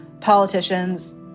politicians